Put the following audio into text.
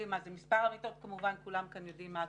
מספר המיטות, כולם כאן יודעים מה הכוונה.